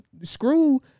screw